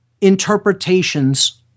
interpretations